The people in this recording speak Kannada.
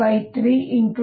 ur3 4u3r